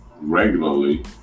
regularly